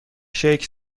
شیک